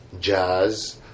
jazz